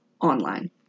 online